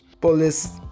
police